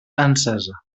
encesa